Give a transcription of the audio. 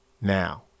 now